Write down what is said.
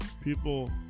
People